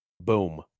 Boom